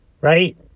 right